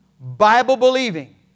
Bible-believing